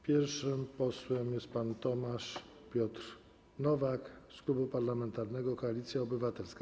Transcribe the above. Pierwszym posłem jest pan Tomasz Piotr Nowak z Klubu Parlamentarnego Koalicja Obywatelska.